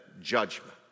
judgment